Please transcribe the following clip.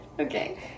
Okay